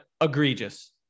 egregious